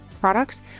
products